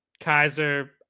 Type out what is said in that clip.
Kaiser